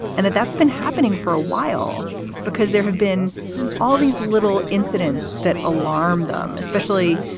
and that that's been happening for a while because there have been all these little incidents that alarmed them, especially,